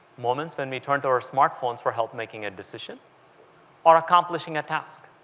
moments when we turn to our smartphones for help make ing a decision or accomplishing a task.